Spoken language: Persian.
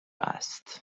است